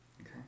Okay